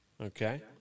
Okay